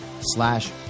slash